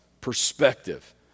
Perspective